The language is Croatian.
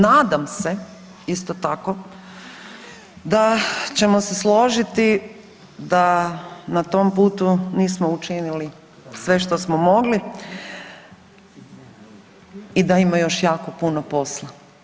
Nadam se isto tako da ćemo se složiti da na tom putu nismo učinili sve što smo mogli i da ima još jako puno posla.